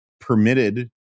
permitted